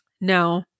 No